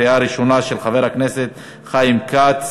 של חבר הכנסת חיים כץ,